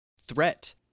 threat